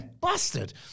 bastard